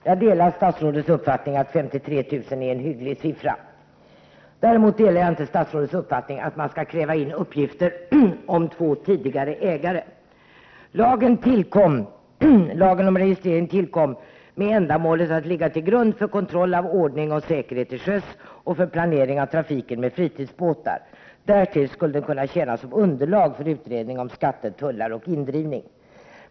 Herr talman! Jag delar statsrådets uppfattning att 53 000 är en hygglig siffra. Däremot delar jag inte statsrådets uppfattning att man skall kräva in uppgifter om två tidigare ägare. Lagen om registrering tillkom för att ligga till grund för kontroll av ordning och säkerhet till sjöss och för planering av trafiken med fritidsbåtar. Därtill skulle registret kunna tjäna som underlag för utredning om skatter, tullar och indrivning.